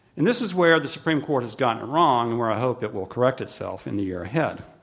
and this is where the supreme court has gotten wrong where i hope it will correct itself in the year ahead.